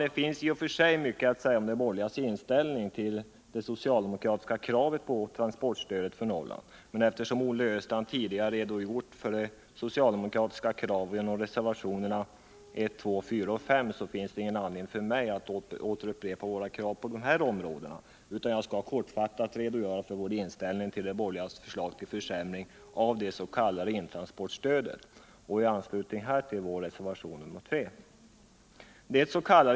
Det finns i och för sig mycket att säga om de borgerligas inställning till de socialdemokratiska kraven på transportstöd för Norrland, men eftersom Olle Östrand tidigare redogjort för de socialdemokratiska förslagen och reservationerna 1, 2, 4 och 5, finns det ingen anledning för mig att upprepa våra krav på dessa områden. Jag skall i stället kortfattat redogöra för vår inställning till de borgerligas förslag till försämring av det s.k. intransportstödet och i anslutning därtill för vår reservation 3.